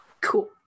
Cool